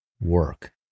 work